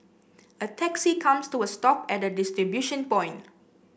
a taxi comes to a stop at the distribution point